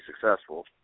successful